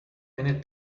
minute